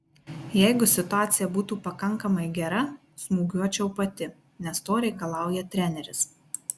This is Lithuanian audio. jeigu situacija būtų pakankamai gera smūgiuočiau pati nes to reikalauja treneris